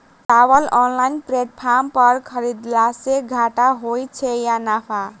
चावल online platform पर खरीदलासे घाटा होइ छै या नफा?